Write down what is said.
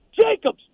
Jacobs